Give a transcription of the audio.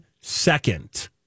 second